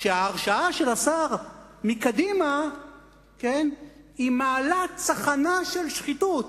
שההרשעה של השר מקדימה מעלה צחנה של שחיתות,